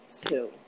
two